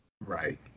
Right